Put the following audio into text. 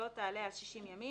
שלא תעלה על 60 ימים,